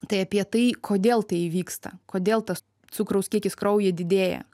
tai apie tai kodėl tai įvyksta kodėl tas cukraus kiekis kraujyje didėja